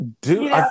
Dude